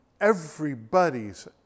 everybody's